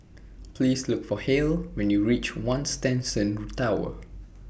Please Look For Hale when YOU REACH one Shenton Tower